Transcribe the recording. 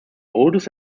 oldest